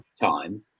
time